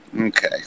Okay